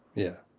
yeah.